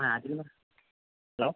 ആ അത് ഇന്ന് ഹലോ